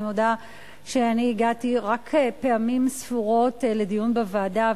אני מודה שאני הגעתי רק פעמים ספורות לדיון בוועדה,